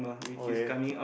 okay